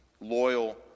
loyal